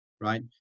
right